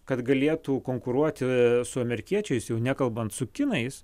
kad galėtų konkuruoti su amerikiečiais jau nekalbant su kinais